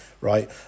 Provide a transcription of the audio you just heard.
right